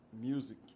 music